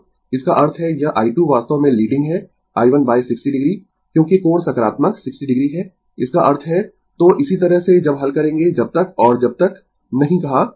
इसका अर्थ है यह i2 वास्तव में लीडिंग है i1 60 o क्योंकि कोण सकारात्मक 60 o है इसका अर्थ है तो इसी तरह से जब हल करेंगें जब तक और जब तक नहीं कहा गया है